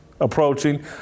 approaching